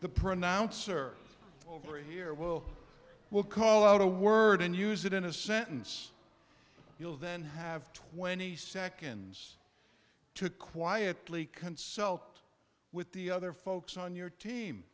the pronouncer over here will will call out a word and use it in a sentence you'll then have twenty seconds to quietly consult with the other folks on your team